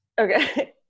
Okay